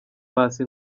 paccy